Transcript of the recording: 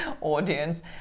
audience